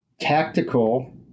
tactical